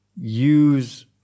use